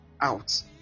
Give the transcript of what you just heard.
out